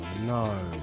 no